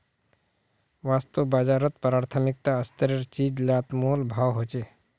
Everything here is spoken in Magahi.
वास्तु बाजारोत प्राथमिक स्तरेर चीज़ लात मोल भाव होछे